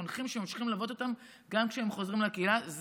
חונכים שממשיכים ללוות אותם גם כשהם חוזרים לקהילה.